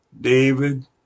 David